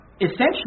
essentially